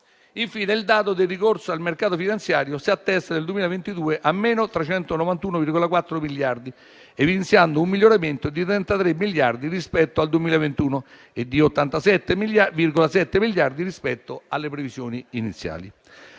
Infine, il dato del ricorso al mercato finanziario si attesta nel 2022 a -391,4 miliardi, evidenziando un miglioramento di 33 miliardi rispetto al 2021 e di 87,7 miliardi rispetto alle previsioni iniziali.